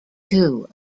two